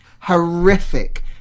Horrific